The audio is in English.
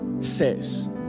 says